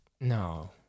no